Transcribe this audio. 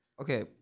Okay